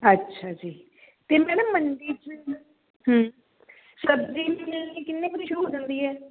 ਅੱਛਾ ਜੀ ਅਤੇ ਮੈਡਮ ਮੰਡੀ 'ਚ ਸਬਜ਼ੀ ਮਿਲਣੀ ਕਿੰਨੇ ਵਜੇ ਸ਼ੁਰੂ ਹੋ ਜਾਂਦੀ ਹੈ